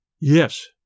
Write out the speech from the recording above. Yes